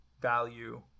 value